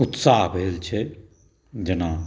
उत्साह भेल छै जेना